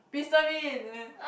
Mister Bean